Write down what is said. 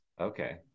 Okay